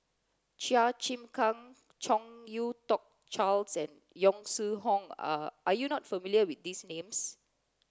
Chua Chim Kang Chong You dook Charles and Yong Shu Hoong are are you not familiar with these names